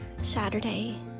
saturday